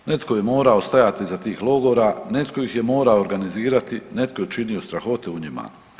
Netko je morao stajati iza tih logora, netko ih je morao organizirati, netko je činio strahote u njima.